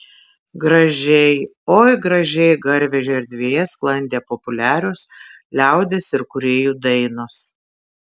gražiai oi gražiai garvežio erdvėje sklandė populiarios liaudies ir kūrėjų dainos